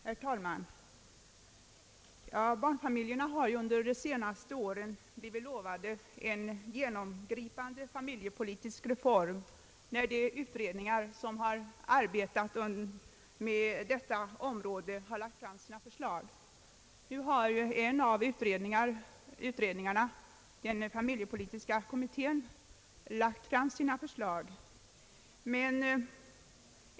Herr talman! Barnfamiljerna har under de senaste åren blivit lovade en genomgripande familjepolitisk reform, när de utredningar som har arbetat med detta område har lagt fram sina förslag. Nu har en av utredningarna — den familjepolitiska kommittén — lagt fram sina förslag.